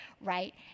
right